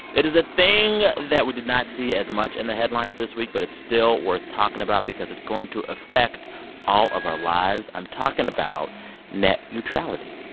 it is a thing that we did not see as much in the headlines this week, but it's still worth talking about because it's going to affect all of our lives. i'm talking about net neutrality.